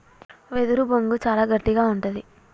వెదురు బొంగు చాలా గట్టిగా ఉంటది